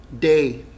day